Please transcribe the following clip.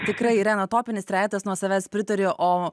tikrai irena topinis trejetas nuo savęs pritariu o